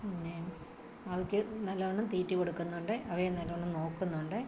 പിന്നെ അവയ്ക്ക് നല്ലവണ്ണം തീറ്റ കൊടുക്കുന്നുണ്ട് അവയെ നല്ലവണ്ണം നോക്കുന്നുണ്ട്